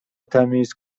تمیز